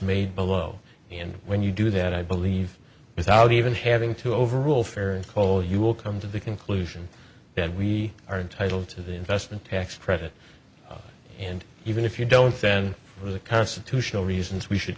made below and when you do that i believe without even having to overrule fair and co you will come to the conclusion that we are entitled to the investment tax credit and even if you don't fan the constitutional reasons we should